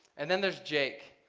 and then there's jake.